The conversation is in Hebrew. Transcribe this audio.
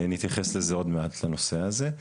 נתייחס לזה עוד מעט לנושא הזה.